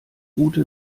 gute